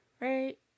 right